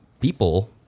people